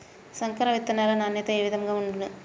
సంకర విత్తనాల నాణ్యత ఏ విధముగా ఉండును?